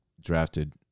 drafted